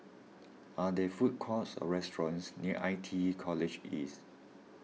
are there food courts or restaurants near I T E College East